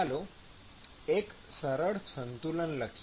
ચાલો એક સરળ સંતુલન લખીએ